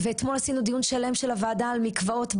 אתמול עשינו דיון שלם של הוועדה על מקוואות בחוץ.